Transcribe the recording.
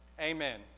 amen